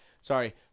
sorry